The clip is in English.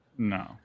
No